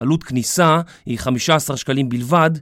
עלות כניסה היא 15 שקלים בלבד